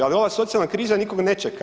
Ali ova socijalna kriza nikoga ne čeka.